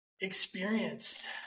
experienced